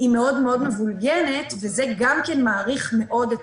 היא מאוד מאוד מבולגנת; וזה גם כן מאריך מאוד את